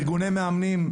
ארגוני מאמנים,